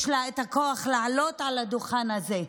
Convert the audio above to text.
יש לה את הכוח לעלות על הדוכן הזה.